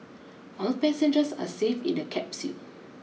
all passengers are safe in the capsule